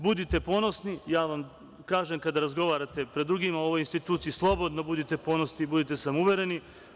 Budite ponosni, ja vam kažem, kada razgovarate pred drugima o ovoj instituciji, slobodno budite ponosni i budite samouvereni.